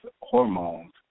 hormones